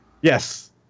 Yes